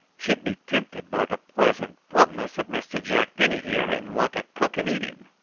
should be tempted by the pleasant plumpness of mr jack penny here, and want to cook and eat him.